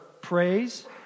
praise